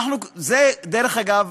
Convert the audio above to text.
זה, דרך אגב,